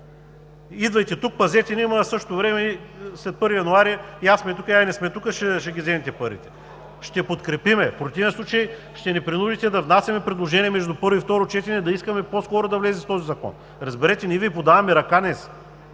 идвайте тук, пазете ни, ама в същото време след 1 януари я сме тук, я не сме тук, ще ги вземете парите! Ще подкрепим. В противен случай ще ни принудите да внасяме предложение между първо и второ четене да искаме по-скоро да влезе този закон. Разберете, ние Ви подаваме ръка днес